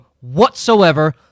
whatsoever